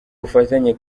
bufatanye